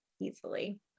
easily